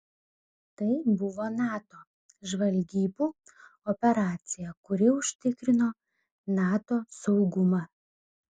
tai buvo nato žvalgybų operacija kuri užtikrino nato saugumą